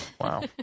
Wow